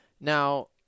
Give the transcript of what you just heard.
Now